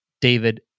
David